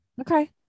okay